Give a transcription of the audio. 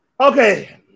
Okay